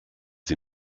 sie